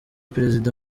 perezida